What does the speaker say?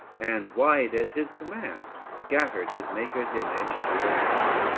and, wide as his command, scattered his maker's image through the land.